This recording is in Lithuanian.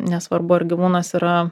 nesvarbu ar gyvūnas yra